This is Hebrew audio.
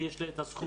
אני יש לי את הזכות,